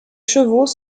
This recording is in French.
chevaux